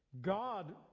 God